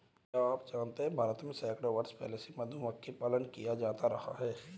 क्या आप जानते है भारत में सैकड़ों वर्ष पहले से मधुमक्खी पालन किया जाता रहा है?